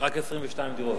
רק 22 דירות.